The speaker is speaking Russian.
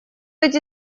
эти